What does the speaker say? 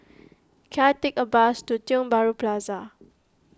can I take a bus to Tiong Bahru Plaza